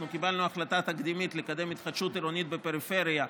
קיבלנו החלטה תקדימית לקדם התחדשות עירונית בפריפריה,